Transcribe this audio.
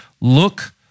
look